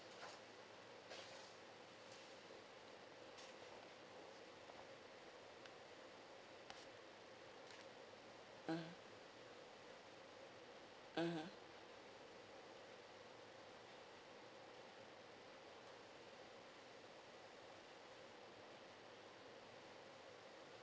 mm mmhmm